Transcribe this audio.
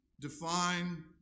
Define